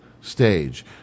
stage